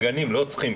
הגנים לא צריכים,